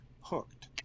hooked